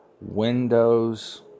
Windows